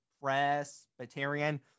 Presbyterian